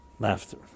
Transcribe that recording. laughter